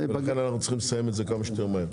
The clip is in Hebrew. ולכן אנחנו צריכים לסיים את זה כמה שיותר מהר.